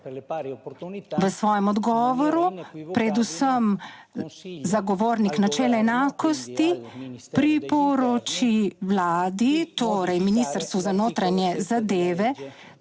V svojem odgovoru predvsem zagovornik načela enakosti priporoči Vladi, torej Ministrstvu za notranje zadeve,